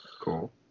Cool